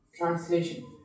Translation